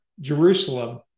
Jerusalem